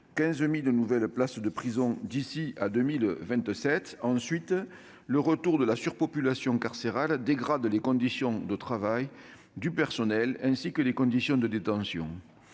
15 000 nouvelles places de prison d'ici à 2027 ; ensuite, le retour à une situation de surpopulation carcérale dégrade les conditions de travail du personnel, ainsi que les conditions de détention.